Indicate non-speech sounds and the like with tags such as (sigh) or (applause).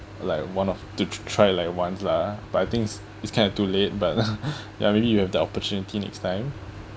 like one of the try like once lah but I think it's it's kind of too late but (laughs) (breath) ya maybe you have the opportunity next time